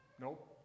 nope